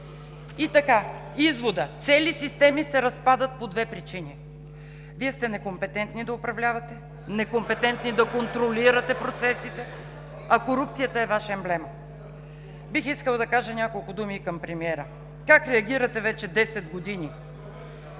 И така, изводът: цели системи се разпадат по две причини. Вие сте некомпетентни да управлявате, некомпетентни да контролирате процесите, а корупцията е Ваша емблема. (Реплики от ГЕРБ.) Бих искала да кажа няколко думи и към премиера. Как реагирате вече 10 години?